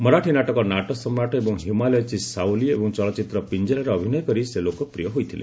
ମରାଠୀ ନାଟକ ନାଟସମାଟ ଏବଂ ହିମାଲୟଚି ସାଓଲି ଏବଂ ଚଳଚ୍ଚିତ୍ ପିଞ୍ଜରାରେ ଅଭିନୟ କରି ସେ ଲୋକପ୍ରିୟ ହୋଇଥିଲେ